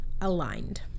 aligned